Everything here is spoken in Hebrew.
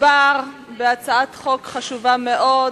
מדובר בהצעת חוק חשובה מאוד,